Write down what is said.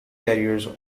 carriers